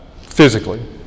physically